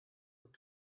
und